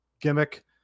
gimmick